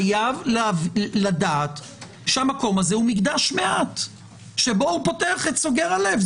חייב לדעת שהמקום הזה הוא מקדש מעט שבו הוא פותר את סגור הלב,